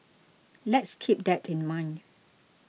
let's keep that in mind